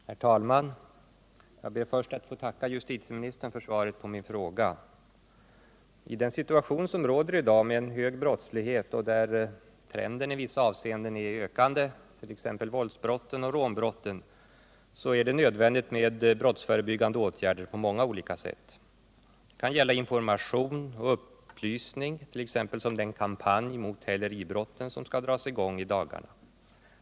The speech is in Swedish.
Herr talman! Jag ber att få tacka justitieministern för svaret på min fråga. I den situation som råder i dag med hög brottslighet där trenden i vissa avseenden är ökande, t.ex. när det gäller våldsbrotten och rånbrotten, är det nödvändigt med brottsförebyggande åtgärder på många olika sätt. Det kan gälla information och upplysning, såsom t.ex. den kampanj mot häleribrott som skall dras i gång i dagarna.